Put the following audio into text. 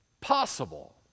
possible